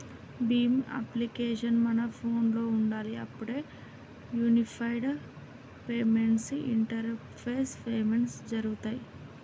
Bhim application మన ఫోనులో ఉండాలి అప్పుడే యూనిఫైడ్ పేమెంట్స్ ఇంటరపేస్ పేమెంట్స్ జరుగుతాయ్